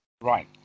Right